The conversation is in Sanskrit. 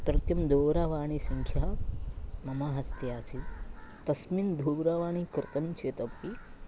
तथ्यं दूरवाणीसङ्ख्या मम हस्ते आसीत् तस्मिन् दूरवाणी कृतं चेतपि